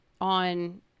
on